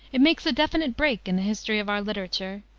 it makes a definite break in the history of our literature,